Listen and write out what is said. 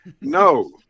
no